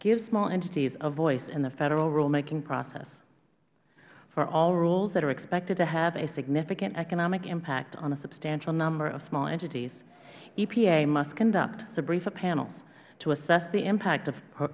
gives small entities a voice in the federal rulemaking process for all rules that are expected to have a significant economic impact on a substantial number of small entities epa must conduct sbrefa panels to assess the impact of the